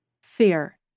Fear